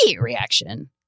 reaction